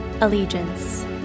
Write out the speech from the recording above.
Allegiance